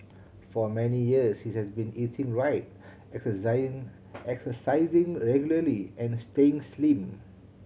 for many years he has been eating right exercising regularly and staying slim